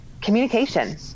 communication